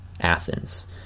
Athens